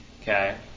okay